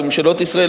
וממשלות ישראל,